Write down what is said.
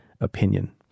opinion